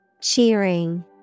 cheering